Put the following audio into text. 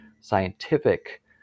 scientific